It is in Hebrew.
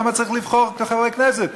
למה צריך לבחור חברי כנסת?